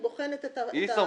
היא בוחנת את ההחלטות שלהן.